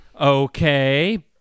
Okay